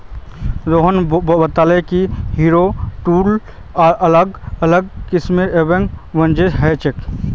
रोहन बताले कि harrow tool अलग अलग किस्म एवं वजनेर ह छे